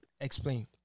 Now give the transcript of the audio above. explain